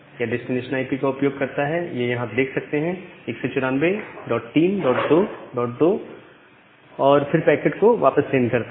यह destination IP का उपयोग करता है यह आप यहां देख सकते हैं 194322 और फिर पैकेट को वापस सेंड करता है